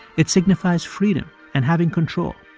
it signifies freedom and having control.